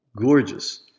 gorgeous